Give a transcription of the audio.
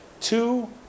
two